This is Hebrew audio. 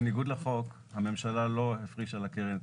בניגוד לחוק הממשלה לא הפרישה לקרן את